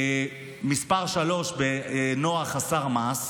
מס' 3 בנוער חסר מעש,